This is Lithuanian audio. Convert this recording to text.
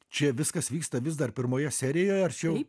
čia viskas vyksta vis dar pirmoje serijoje ar čia jau